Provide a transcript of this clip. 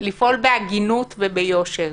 לפעול בהגינות וביושר.